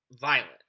violent